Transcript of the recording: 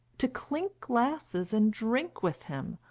to clink glasses and drink with him,